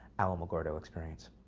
alamogordo experience.